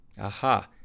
Aha